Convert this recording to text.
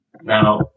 Now